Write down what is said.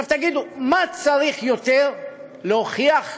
עכשיו תגידו, מה צריך יותר כדי להוכיח,